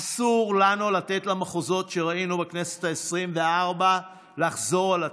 אסור לנו לתת למחזות שראינו בכנסת העשרים-וארבע לחזור על עצמם,